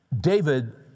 David